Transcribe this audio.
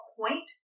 point